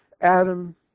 Adam